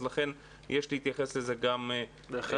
אז לכן יש להתייחס לזה גם בהתאם.